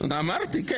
אמרתי, כן.